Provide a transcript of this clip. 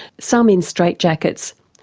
some in straightjackets,